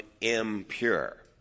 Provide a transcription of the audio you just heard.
impure